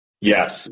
Yes